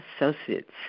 Associates